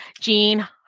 Gene